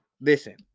Listen